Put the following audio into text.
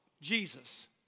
Jesus